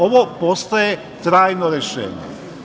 Ovo postaje trajno rešenje.